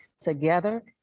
together